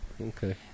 Okay